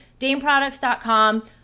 DameProducts.com